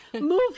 move